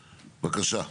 בבקשה.